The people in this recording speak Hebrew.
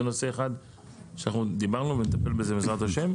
זה נושא אחד שאנחנו דיברנו ונטפל בזה בעזרת ה'.